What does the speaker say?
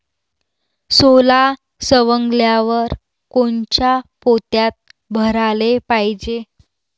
सोला सवंगल्यावर कोनच्या पोत्यात भराले पायजे?